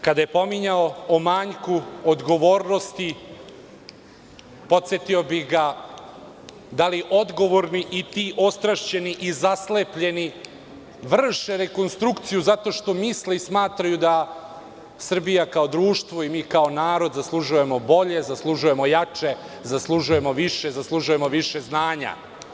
Kada je govorio o manjku odgovornosti podsetio bih ga da li odgovorni i ti ostrašćeni i zaslepljeni vrše rekonstrukciju zato što misle i smatraju da Srbija kao društvo i mi kao narod zaslužujemo bolje, zaslužujemo jače, zaslužujemo više, više znanja.